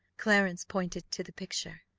clarence pointed to the picture.